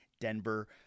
denver